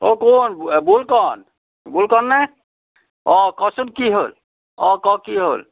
অঁ কোন বুলকণ বুলকণনে অঁ কচোন কি হ'ল অঁ ক কি হ'ল